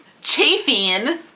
Chafing